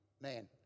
man